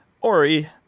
Ori